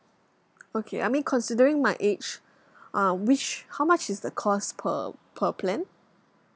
okay I mean considering my age uh which how much is the cost per per plan